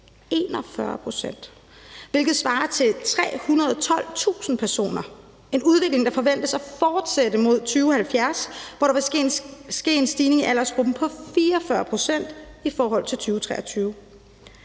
41 pct.! Det svarer til 312.000 personer. Det er en udvikling, som forventes at fortsætte frem mod 2070, hvor der vil ske en stigning i aldersgruppen på 44 pct. i forhold til 2023.